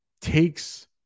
takes